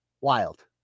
Wild